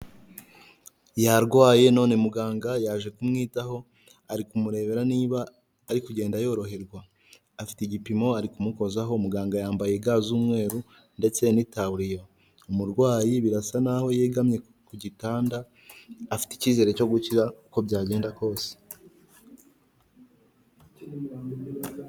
Yarwaye none muganga yaje kumwitaho ari kumurebera niba ari kugenda yoroherwa, afite igipimo ari kumuhozaho, muganga yambaye ga z'umweru, ndetse n'itaburiya, umurwayi birasa naho yegamye ku gitanda afite icyizere cyo gukira uko byagenda kose.